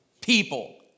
People